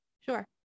Sure